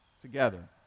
together